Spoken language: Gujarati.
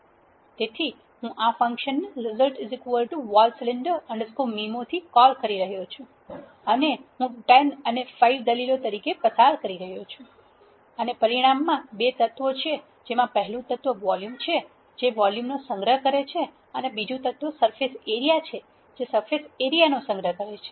તેથી હું આ ફંક્શનને result volcylinder mimo થી કોલ કરી રહ્યો છું અને હું 10 અને 5 દલીલો તરીકે પસાર કરી રહ્યો છું અને પરિણામમાં બે તત્વો છે જેમાં પહેલુ તત્વ વોલ્યુમ છે જે વોલ્યુમ ને સંગ્રહ કરે છે અને બીજુ તત્વ સરફેસ એરીયા છે જે સરફેસ એરીયા સંગ્રહ કરે છે